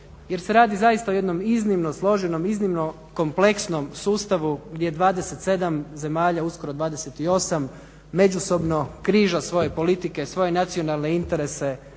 jer se radi zaista o jednom iznimno složenom, iznimno kompleksnom sustavu gdje 27 zemalja, uskoro 28, međusobno križa svoje politike, svoje nacionalne interese,